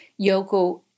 Yoko